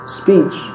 speech